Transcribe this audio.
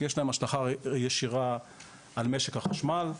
כי יש להם השלכה ישירה על משק החשמל.